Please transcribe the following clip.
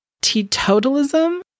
teetotalism